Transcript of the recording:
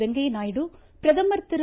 வெங்கய்ய நாயுடு பிரதமர் திரு